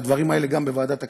הדברים האלה גם בוועדת הכלכלה.